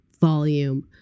volume